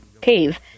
cave